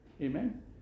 Amen